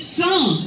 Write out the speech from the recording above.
son